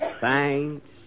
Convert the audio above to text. thanks